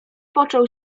począł